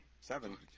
seven